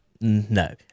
No